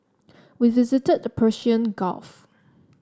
we visited the Persian Gulf